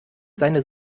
seine